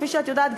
כפי שאת יודעת,